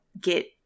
get